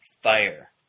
fire